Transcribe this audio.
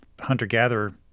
hunter-gatherer